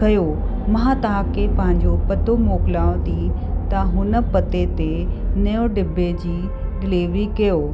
कयो मां तव्हांखे पंहिंजो पतो मोकिलियांव थी तव्हां हुन पते ते नओं डिॿे जी डिलेवरी कयो